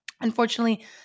Unfortunately